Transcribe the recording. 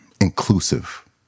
inclusive